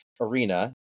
arena